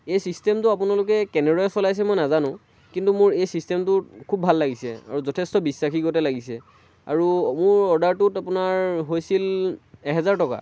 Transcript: এই চিষ্টেমটো আপোনালোকে কেনেদৰে চলাইছে মই নাজানো কিন্তু মোৰ এই চিষ্টেমটো খুব ভাল লাগিছে আৰু যথেষ্ট বিশ্বাসী গতে লাগিছে আৰু মোৰ অৰ্ডাৰটোত আপোনাৰ হৈছিল এহেজাৰ টকা